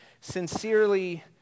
sincerely